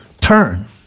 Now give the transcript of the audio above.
turn